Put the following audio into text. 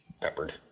peppered